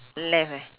left eh